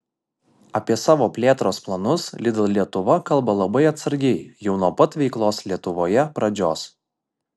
apie savo plėtros planus lidl lietuva kalba labai atsargiai jau nuo pat veiklos lietuvoje pradžios